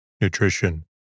nutrition